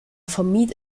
vermied